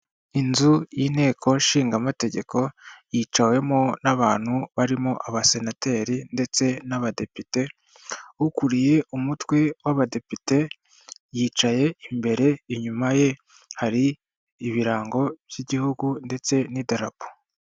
Inzu y'inteko nshinga mategeko yicawemo n'abantu barimo abasenateri ndetse n'abadepite. Ukuriye umutwe w'abadepite yicaye imbere inyuma ye hari ibirango by'igihugu ndetse n'idarapo.